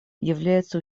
является